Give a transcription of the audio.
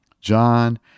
John